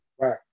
Right